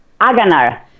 Aganar